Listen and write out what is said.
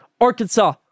Arkansas